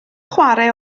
chwarae